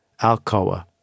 Alcoa